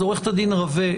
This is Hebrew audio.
אז עורכת הדין רווה,